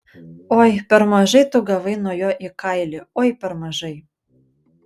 oi per mažai tu gavai nuo jo į kailį oi per mažai